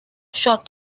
shot